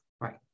right